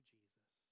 Jesus